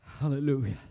Hallelujah